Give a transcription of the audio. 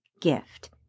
gift